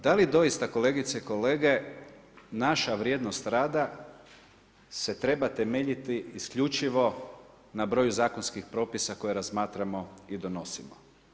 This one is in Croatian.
Da li doista kolegice i kolege naša vrijednost rada se treba temeljiti isključivo na broju zakonskih propisa koje razmatramo i donosimo?